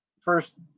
first